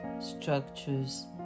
structures